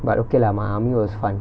but okay lah my army was fun